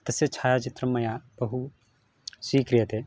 तस्य छायाचित्रं मया बहु स्वीक्रियते